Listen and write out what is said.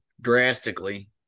Drastically